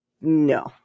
no